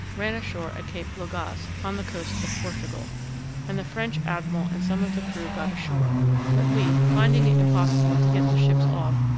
ran ashore at cape logas, on the coast of portugal and the french admiral and some of the crew got ashore but we, finding it impossible to get the ships off,